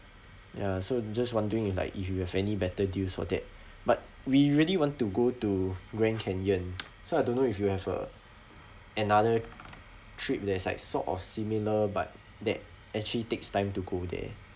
ya so just wondering if like if you have any better deals for that but we really want to go to grand canyon so I don't know if you have uh another trip that's like sort of similar but that actually takes time to go there